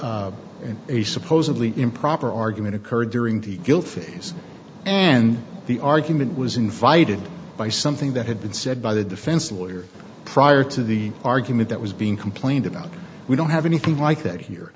a supposedly improper argument occurred during the guilt phase and the argument was invited by something that had been said by the defense lawyer prior to the argument that was being complained about we don't have anything like that here